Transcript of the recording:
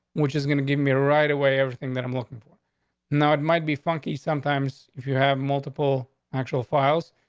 which is gonna give me a ride away? everything that i'm looking for now it might be funky sometimes if you have multiple actual files.